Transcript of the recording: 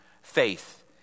faith